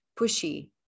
pushy